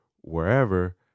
wherever